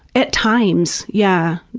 at times, yeah.